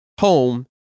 home